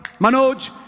Manoj